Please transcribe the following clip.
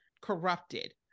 corrupted